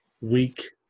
week